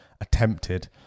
attempted